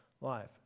life